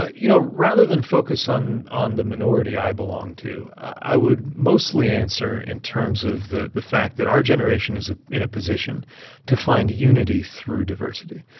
ah you know, rather than focus on on the minority i belong to, i would mostly answer in terms of the the fact that our generation is ah in a position to find unity through diversity.